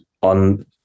on